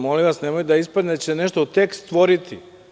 Molim vas, nemojte da ispadne da će nešto tekst stvoriti.